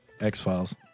X-Files